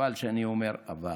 חבל שאני אומר "אבל"